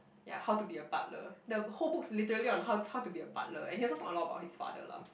ya how to be a butler the whole book literally on how how to be a butler and he also talk a lot about his father lah